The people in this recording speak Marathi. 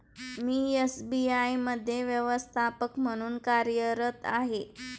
मी एस.बी.आय मध्ये व्यवस्थापक म्हणून कार्यरत आहे